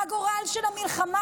והגורל של המלחמה,